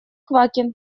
квакин